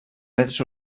més